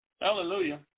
Hallelujah